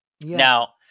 Now